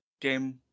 game